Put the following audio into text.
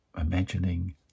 imagining